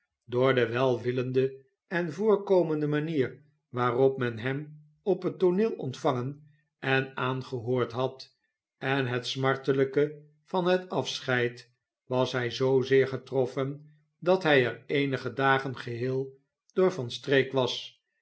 door de welwillende en voorkomende manier waarop men hem op het tooneel ontvangen en aangehoord had en het smartelijke van het afscheid was hij zoozeer getroffen dat hij er eenige dagen geheel door van streek was